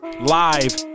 live